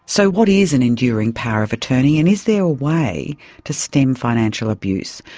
so what is an enduring power of attorney, and is there a way to stem financial abuse?